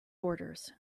orders